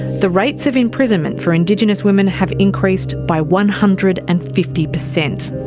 the rates of imprisonment for indigenous women have increased by one hundred and fifty percent.